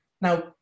Now